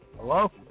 Hello